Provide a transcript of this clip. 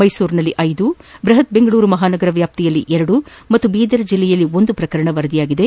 ಮೈಸೂರಿನಲ್ಲಿ ಐದು ಬ್ಬಹತ್ ಬೆಂಗಳೂರು ಮಹಾನಗರ ಪಾಲಿಕೆ ವ್ಯಾಪ್ತಿಯಲ್ಲಿ ಎರಡು ಮತ್ತು ಬೀದರ್ ಜಿಲ್ಲೆಯಲ್ಲಿ ಒಂದು ಪ್ರಕರಣ ವರದಿಯಾಗಿವೆ